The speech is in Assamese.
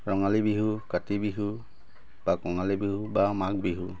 ৰঙালী বিহু কাতি বিহু বা কঙালী বিহু বা মাঘ বিহু